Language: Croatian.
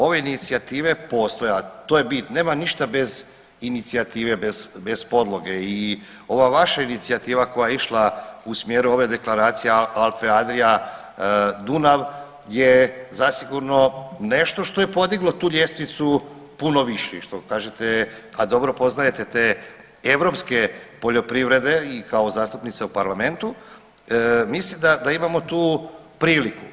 Ove inicijative postoje, a to je bit, nema ništa bez inicijative, bez podloge i ova vaša inicijativa koja je išla u smjeru ove Deklaracije Alpe-Adria-Dunav je zasigurno nešto što je podiglo tu ljestvicu puno više i što kažete, a dobro poznajete te europske poljoprivrede i kao zastupnica u parlamentu, mislim da imamo priliku.